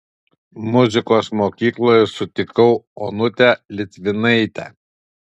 muzikos mokykloje sutikau onutę litvinaitę